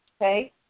Okay